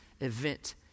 event